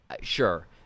sure